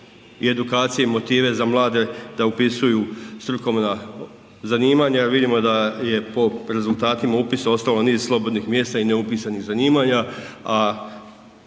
i edukacije i motive za mlade da upisuju strukovna zanimanja jer vidimo da je po rezultatima upisa ostalo niz slobodnih mjesta i neupisanih zanimanja,